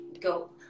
go